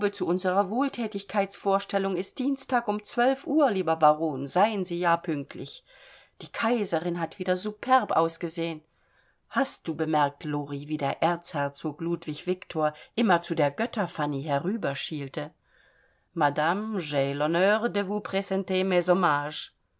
zu unserer wohlthätigkeitsvorstellung ist dienstag um zwölf uhr lieber baron seien sie ja pünktlich die kaiserin hat wieder superb ausgesehen hast du bemerkt lori wie der erzherzog ludwig viktor immer zu der götter fanny herüberschielte madame